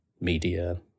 media